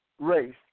Race